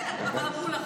שהציבור אמר לכם.